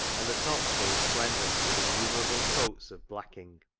and the tops were resplendent with innumerable coats of blacking.